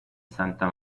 santa